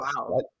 wow